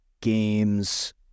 games